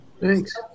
Thanks